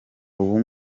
ubu